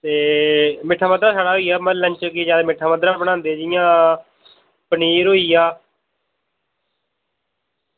ते मिट्ठा मद्धरा साढ़ा होइया म लंच कि ज्यादा मिट्ठा मद्धरा बनांदे जि'यां पनीर होइया